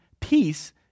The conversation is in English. peace